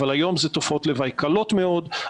אבל היום זה תופעות לוואי קלות מאוד,